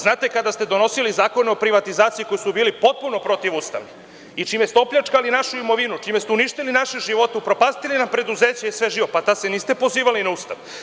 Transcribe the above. Znate, kada ste donosili Zakon o privatizaciji koji su bili potpuno protivustavni i čime ste opljačkali našu imovinu, čime ste uništili naše živote, upropastili nam preduzeće i sve živo, tada se niste pozivali na Ustav.